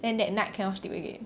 then that night cannot sleep again